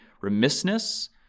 remissness